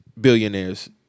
billionaires